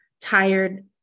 tired